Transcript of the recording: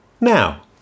Now